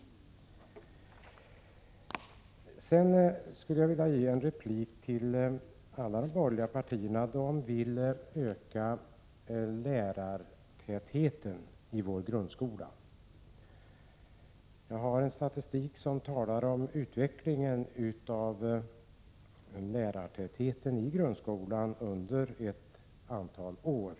Sedan skulle jag vilja ge en replik till alla de borgerliga partierna. De vill öka lärartätheten i vår grundskola. Jag har en statistik som talar om utvecklingen av lärartätheten i grundskolan under ett antal år.